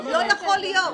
לא יכול להיות.